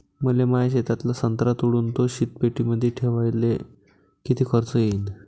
मले माया शेतातला संत्रा तोडून तो शीतपेटीमंदी ठेवायले किती खर्च येईन?